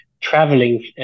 traveling